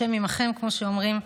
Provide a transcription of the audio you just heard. השם עימכם, כמו שאומרים.